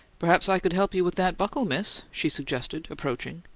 perhaps i could help you with that buckle, miss, she suggested, approaching.